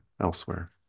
elsewhere